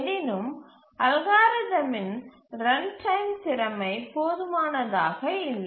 எனினும் அல்காரிதமின் ரன்டைம் திறமை போதுமானதாக இல்லை